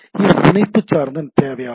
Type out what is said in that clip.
இது இணைப்பு சார்ந்த சேவையாகும்